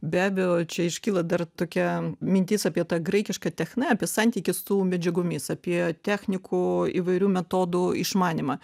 be abejo čia iškyla dar tokia mintis apie tą graikišką techne apie santykį su medžiagomis apie technikų įvairių metodų išmanymą